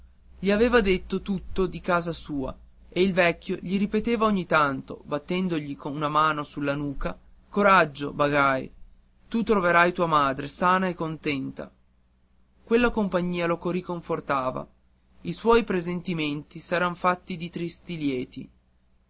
gli aveva detto tutto di casa sua e il vecchio gli ripeteva ogni tanto battendogli una mano sulla nuca coraggio bagai tu troverai tua madre sana e contenta quella compagnia lo riconfortava i suoi presentimenti s'erano fatti di tristi lieti